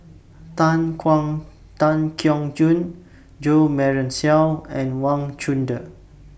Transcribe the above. Tan Kuang Tan Keong Choon Jo Marion Seow and Wang Chunde